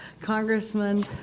Congressman